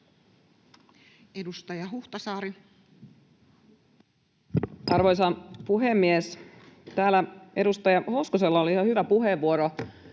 Edustaja Huhtasaari. Arvoisa puhemies! Täällä edustaja Hoskosella oli ihan hyvä puheenvuoro,